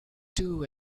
too